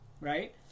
right